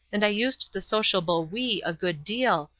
and i used the sociable we a good deal,